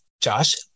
josh